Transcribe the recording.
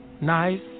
nice